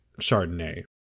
Chardonnay